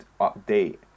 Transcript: update